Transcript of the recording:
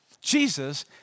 Jesus